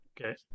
Okay